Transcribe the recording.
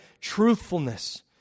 truthfulness